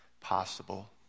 possible